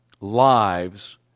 lives